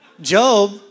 Job